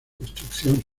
construcción